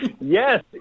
Yes